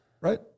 right